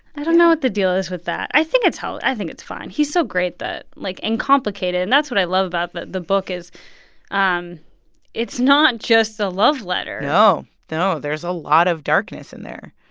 i don't know what the deal is with that. i think it's how i think it's fine. he's so great that like, and complicated. and that's what i love ah about the book, is um it's not just a love letter no, no. there's a lot of darkness in there.